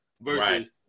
versus